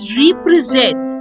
represent